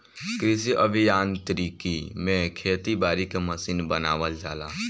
कृषि अभियांत्रिकी में खेती बारी के मशीन बनावल जाला